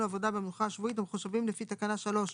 עבודה במנוחה השבועית המחושבים לפי תקנה 3,